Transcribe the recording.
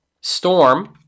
Storm